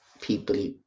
people